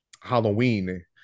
Halloween